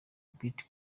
bit